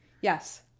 Yes